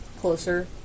closer